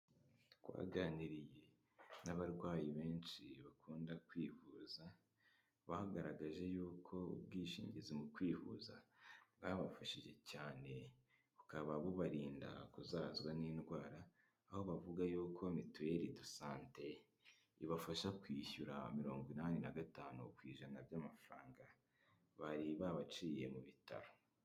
Twaganiriye n'abarwayi benshi bakunda kwivuza bagaragaje y'uko ubwishingizi mu kwivuza bwabafashije cyane bukaba bubarinda kuzahazwa n'indwara, aho bavuga yuko mituweri do sante ibafasha kwishyura mirongo inani nagatanu ku ijana by'amafaranga bari babaciye mu bitaro.